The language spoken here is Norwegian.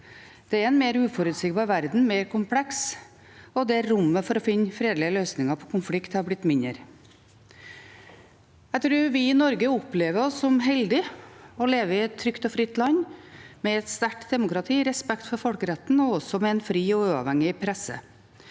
Det er en mer uforutsigbar og mer kompleks verden, der rommet for å finne fredelige løsninger på konflikter har blitt mindre. Jeg tror vi i Norge opplever oss som heldige, vi som lever i et trygt og fritt land med et sterkt demokrati, respekt for folkeretten og også med en fri og uavhengig presse.